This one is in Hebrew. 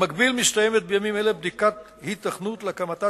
במקביל מסתיימת בימים אלה בדיקת היתכנות של הקמתה